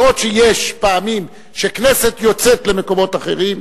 בעוד שיש פעמים שהכנסת יוצאת למקומות אחרים,